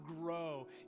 grow